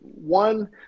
one